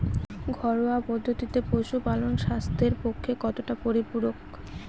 ঘরোয়া পদ্ধতিতে পশুপালন স্বাস্থ্যের পক্ষে কতটা পরিপূরক?